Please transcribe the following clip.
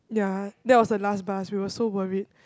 yeah that was the last bus we were so worried